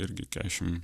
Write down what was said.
irgi kešim